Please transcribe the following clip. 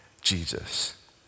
Jesus